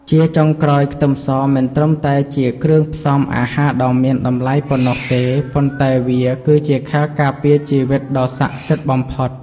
ជាចុងក្រោយខ្ទឹមសមិនត្រឹមតែជាគ្រឿងផ្សំអាហារដ៏មានតម្លៃប៉ុណ្ណោះទេប៉ុន្តែវាគឺជាខែលការពារជីវិតដ៏ស័ក្តិសិទ្ធិបំផុត។